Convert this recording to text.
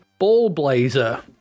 Ballblazer